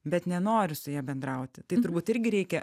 bet nenori su ja bendrauti tai turbūt irgi reikia